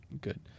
good